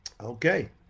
Okay